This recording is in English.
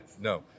no